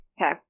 okay